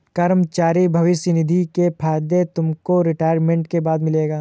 कर्मचारी भविष्य निधि के फायदे तुमको रिटायरमेंट के बाद मिलेंगे